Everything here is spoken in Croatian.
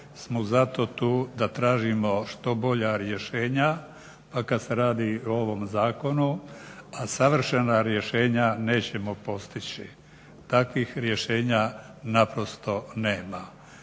smo zato tu da tražimo što bolja rješenja, a kad se radi o ovom zakonu, a savršena rješenja nećemo postići, takvih rješenja naprosto nema.